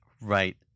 right